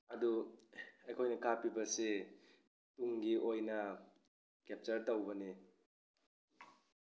ꯑꯗꯨ ꯑꯩꯈꯣꯏꯅ ꯀꯥꯞꯄꯤꯕꯁꯤ ꯇꯨꯡꯒꯤ ꯑꯣꯏꯅ ꯀꯦꯞꯆꯔ ꯇꯧꯕꯅꯤ